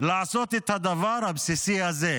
לעשות את הדבר הבסיסי הזה.